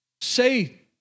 say